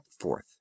forth